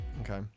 okay